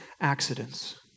accidents